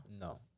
No